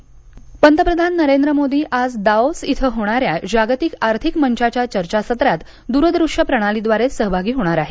पंतप्रधान पंतप्रधान नरेंद्र मोदी आज दावोस इथं होणाऱ्या जागतिक आर्थिक मंचाच्या चर्चासत्रात द्रदृश्य प्रणालीद्वारे सहभागी होणार आहेत